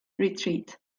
retreat